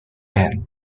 and